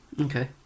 Okay